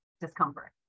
discomfort